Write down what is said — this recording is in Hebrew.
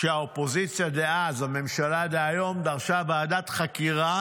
כשהאופוזיציה דאז, הממשלה דהיום, דרשה ועדת חקירה